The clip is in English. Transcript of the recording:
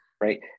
right